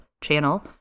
channel